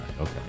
Okay